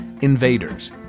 Invaders